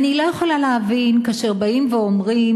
אני לא יכולה להבין כאשר באים ואומרים